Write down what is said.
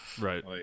Right